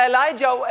Elijah